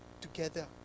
together